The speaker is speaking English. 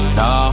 no